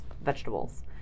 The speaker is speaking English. vegetables